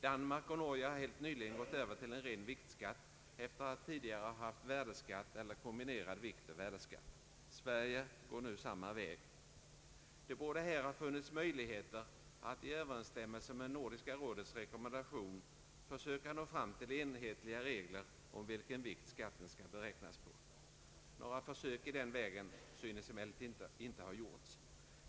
Danmark och Norge har helt nyligen gått över till en ren viktskatt efter att tidigare ha haft värdeskatt eller kombinerad viktoch värdeskatt. Sverige går nu samma väg. Det borde här ha funnits möjligheter att i överensstämmelse med Nordiska rådets rekommendation försöka nå fram till enhetliga regler om vilken vikt skatten skall beräknas på. Några försök i den vägen synes emellertid inte ha gjorts.